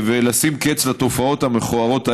ולשים קץ לתופעות המכוערות האלו,